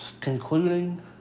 Concluding